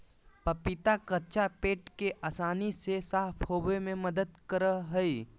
पपीता कच्चा पेट के आसानी से साफ होबे में मदद करा हइ